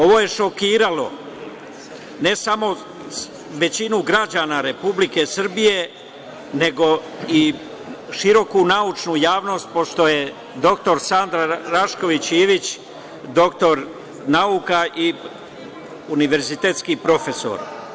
Ovo je šokiralo ne samo većinu građana Republike Srbije, nego i široku naučnu javnost, pošto je dr Sanda Rašković Ivić doktor nauka i univerzitetski profesor.